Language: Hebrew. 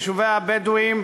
ביישובי הבדואים.